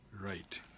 Right